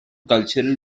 cultural